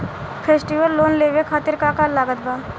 Festival loan लेवे खातिर का का लागत बा?